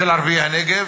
של ערביי הנגב.